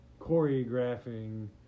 choreographing